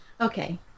Okay